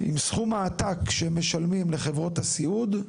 עם סכום העתק שמשלמים לחברות הסיעוד.